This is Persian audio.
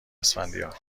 اسفندیار